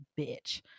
bitch